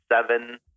seven